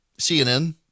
CNN